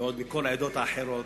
ועוד כל העדות האחרות?